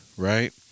right